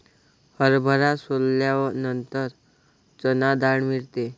हरभरा सोलल्यानंतर चणा डाळ मिळते